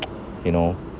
you know